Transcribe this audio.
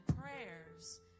prayers